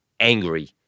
angry